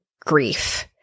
grief